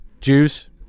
Jews